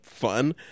Fun